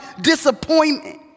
disappointment